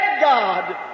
God